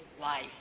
life